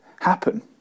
happen